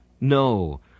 No